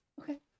Okay